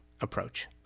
approach